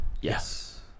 yes